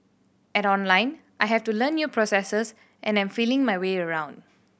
at Online I have to learn new processes and am feeling my way around